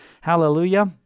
hallelujah